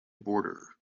border